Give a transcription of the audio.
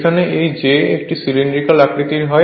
এখানে এই j একটি সিলিন্ড্রিক্যাল আকৃতির হয়